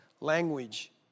language